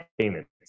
payments